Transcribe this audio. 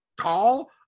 tall